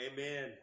Amen